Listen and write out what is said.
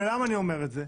ולמה אני אומר את זה?